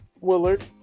Willard